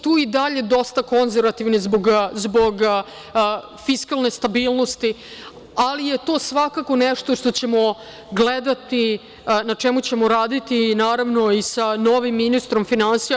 Tu smo i dalje dosta konverzvativni zbog fiskalne stabilnosti, ali je to nešto što ćemo gledati, na čemu ćemo raditi i sa novim ministrom finansija.